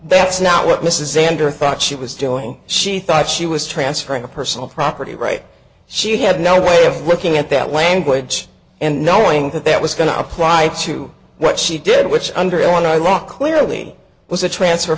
that's not what this is a tender thought she was doing she thought she was transferring a personal property right she had no way of looking at that language and knowing that that was going to apply to what she did which under illinois law clearly was a transfer